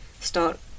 start